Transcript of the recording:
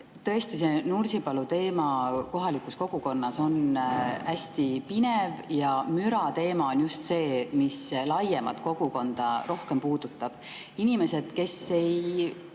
Tõesti, see Nursipalu teema kohalikus kogukonnas on hästi pinev. Ja mürateema on just see, mis laiemat kogukonda rohkem puudutab. [Selgituseks]